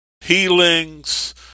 Healings